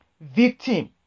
victim